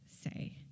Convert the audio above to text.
say